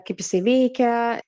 kaip jisai veikia